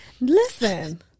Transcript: listen